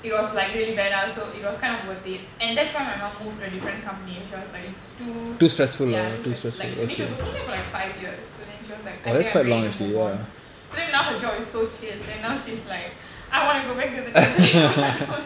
it was like really bad ah so it was kind of worth it and that's why my mom moved to a different company she was like it's too ya too stressful like I mean she was working there for like five years so then she was like I think I'm ready to move on but then now her job is so chill like now she's like I want to go back to the tender one